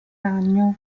ragno